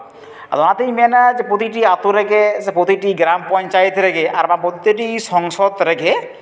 ᱟᱫᱚ ᱚᱱᱟᱛᱤᱧ ᱢᱮᱱᱟ ᱡᱮ ᱯᱨᱚᱛᱤᱴᱤ ᱟᱛᱳ ᱨᱮᱜᱮ ᱥᱮ ᱯᱨᱚᱛᱚᱴᱚ ᱜᱨᱟᱢ ᱯᱚᱧᱪᱟᱭᱮᱛ ᱨᱮᱜᱮ ᱟᱨ ᱯᱨᱚᱛᱤᱴᱤ ᱥᱚᱝᱥᱚᱫ ᱨᱮᱜᱮ